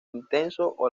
intenso